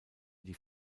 die